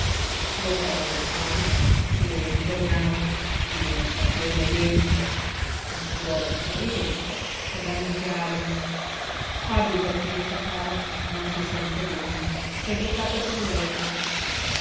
voltava le spalle e ritornava dio sa come dentro di fuori sorridente ad annunziare abbi pazienza caro non si sente bene s'è buttata sul letto